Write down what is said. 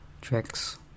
tricks